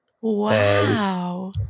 Wow